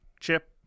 chip